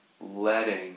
Letting